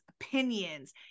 opinions